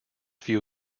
few